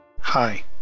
Hi